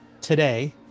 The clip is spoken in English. today